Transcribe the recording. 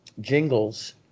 jingles